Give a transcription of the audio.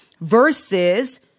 versus